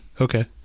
Okay